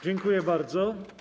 Dziękuję bardzo.